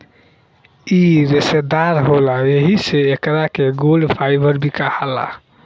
इ रेसादार होला एही से एकरा के गोल्ड फाइबर भी कहाला